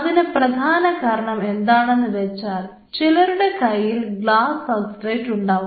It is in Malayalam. അതിനു പ്രധാന കാരണം എന്താണെന്ന് വെച്ചാൽ ചിലരുടെ കയ്യിൽ ഗ്ലാസ് സബ്സ്ട്രേറ്റ് ഉണ്ടാവും